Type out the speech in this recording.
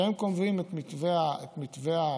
שהם קובעים את מתווה הבחינה.